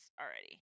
already